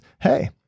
Hey